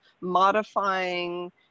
modifying